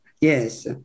Yes